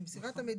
למסירת המידע.